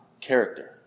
character